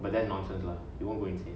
but that's nonsense lah you want go inside